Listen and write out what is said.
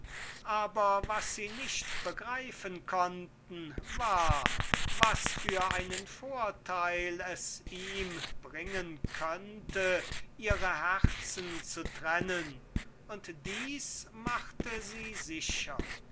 hingegen konnten sie nicht begreifen was für einen vorteil er darunter haben könnte ihre herzen zu trennen und dieses machte sie sicher